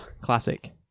Classic